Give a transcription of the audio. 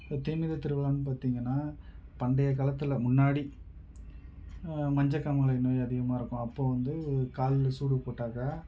இப்போ தீமிதி திருவிழான்னு பார்த்தீங்கன்னா பண்டைய காலத்தில் முன்னாடி மஞ்சள்காமாலை நோய் அதிகமாக இருக்கும் அப்போது வந்து காலில் சூடு போட்டாக்கா